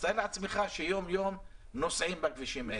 תאר לעצמך שהם יום-יום נוסעים בכבישים האלה.